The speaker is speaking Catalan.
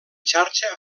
xarxa